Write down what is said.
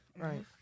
right